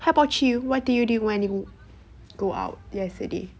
how about you what did you do when you go out yesterday